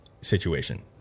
situation